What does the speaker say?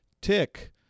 tick